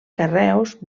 carreus